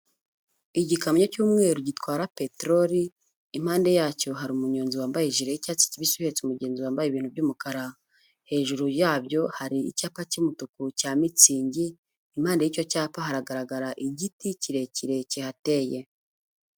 Igikamyo cy'umweru gitwara peterori, impande yacyo hari umunyonzi wambaye ijire y'icyatsi kibisi uheretse umugenzi wambaye ibintu by'umukara. Hejuru yabyo hari icyapa cy'umutuku cya Mitsingi, impande y'icyo cyapa haragaragara igiti kirekire kihateye.